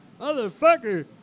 Motherfucker